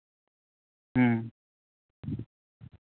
ᱦᱮᱸ